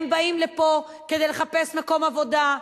הם באים לפה כדי לחפש מקום עבודה,